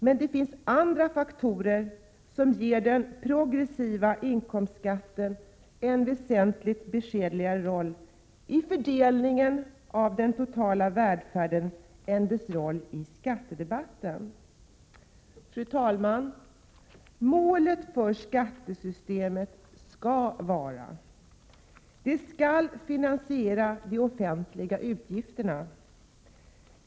Men det finns andra faktorer som ger den progressiva inkomstskatten en väsentligt beskedligare roll i fördelningen av den totala välfärden än dess roll i skattedebatten. Fru talman! Målen för skattesystemet skall vara: Det skall finansiera de offentliga utgifterna.